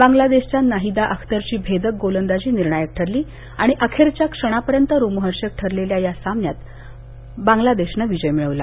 बांगलादेशच्या नाहिदा अख्तरची भेदक गोलंदाजी निर्णायक ठरली आणि अखेरच्या क्षणापर्यंत रोमहर्षक ठरलेल्या या सामन्यात बांगलादेशनं विजय मिळवला